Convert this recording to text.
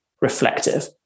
reflective